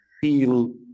feel